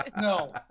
no